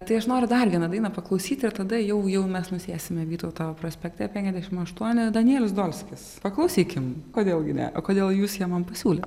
tai aš noriu dar vieną dainą paklausyti ir tada jau jau mes nusėsime vytauto prospekte penkiadešim aštuoni danielius dolskis paklausykim kodėl gi ne o kodėl jūs ją man pasiūlėt